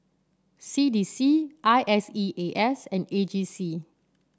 C D C I S E A S and A G C